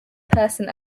person